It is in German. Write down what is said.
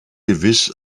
gewiss